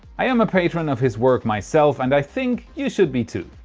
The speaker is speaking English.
i am a patron of his work myself and i think, you should be too.